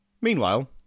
Meanwhile